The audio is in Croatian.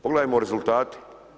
Pogledajmo rezultate.